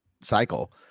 cycle